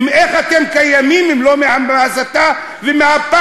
איך אתם קיימים, אם לא מההסתה ומהפחד?